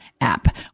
app